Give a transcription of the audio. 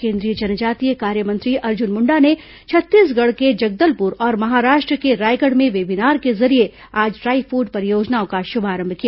केंद्रीय जनजातीय कार्य मंत्री अर्जुन मुण्डा ने छत्तीसगढ़ के जगदलपुर और महाराष्ट्र के रायगढ़ में वेबीनार के जरिये आज ट्राईफूड परियोजनाओं का शुभारंभ किया